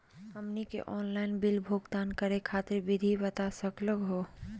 हमनी के online bill भुगतान करे खातीर विधि बता सकलघ हो?